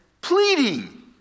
pleading